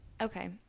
okay